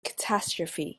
catastrophe